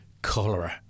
cholera